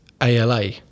ALA